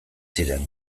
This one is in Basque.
ziren